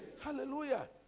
Hallelujah